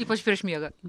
ypač prieš miegą